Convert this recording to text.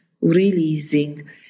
releasing